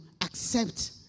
accept